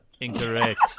Incorrect